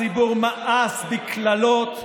כן, ראינו אותך, כמה, הציבור מאס בקללות,